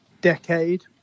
decade